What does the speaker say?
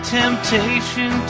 temptation